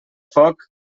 foc